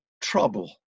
trouble